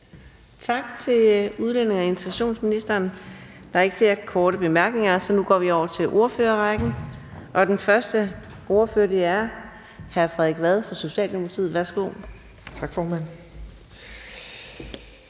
Tak til udlændinge- og integrationsministeren. Der er ikke flere korte bemærkninger, så nu går vi over til ordførerrækken, og den første ordfører er hr. Frederik Vad fra Socialdemokratiet. Værsgo. Kl.